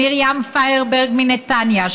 מרים פיירברג מנתניה,